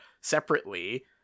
separately